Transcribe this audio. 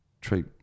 treat